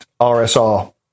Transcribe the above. RSR